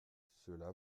cela